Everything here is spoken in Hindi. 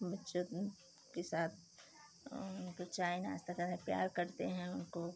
बच्चों के साथ उनको चाय नाश्ता करा प्यार करते हैं उनको